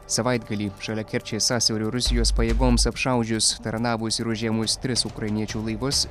savaitgalį šalia kerčės sąsiaurio rusijos pajėgoms apšaudžius taranavus ir užėmus tris ukrainiečių laivus